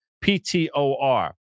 P-T-O-R